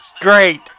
great